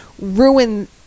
ruin